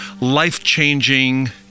life-changing